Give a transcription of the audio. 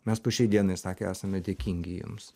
mes po šiai dienai sakė esame dėkingi jums